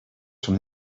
from